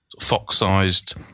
fox-sized